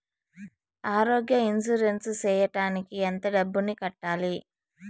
ఆరోగ్య ఇన్సూరెన్సు సేయడానికి ఎంత డబ్బుని కట్టాలి?